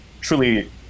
truly